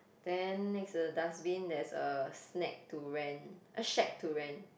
then next to the dustbin there's a snack to rent a shack to rent